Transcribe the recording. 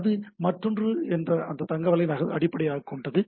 அது மற்றொன்று அந்த தகவலை அடிப்படையாகக் கொண்டது